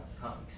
comics